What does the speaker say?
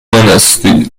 هستی